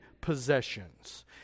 possessions